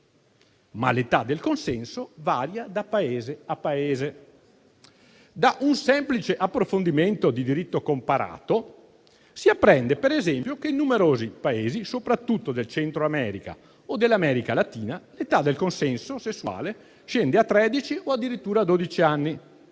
Ma l'età del consenso varia da Paese a Paese. Da un semplice approfondimento di diritto comparato, si apprende per esempio che in numerosi Paesi, soprattutto del Centro America o dell'America Latina, l'età del consenso sessuale scende a tredici o addirittura a